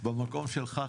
במקום שלך,